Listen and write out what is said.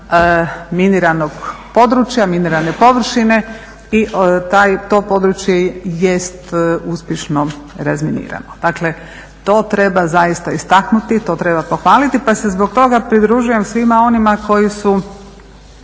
miniranog područja, minirane površine i to područje jest uspješno razminirano. Dakle, to treba zaista istaknuti, to treba pohvaliti. Pa se zbog toga pridružujem svima onima koji su